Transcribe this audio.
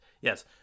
Yes